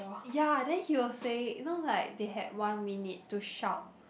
ya then he was saying you know like they had one minute to shout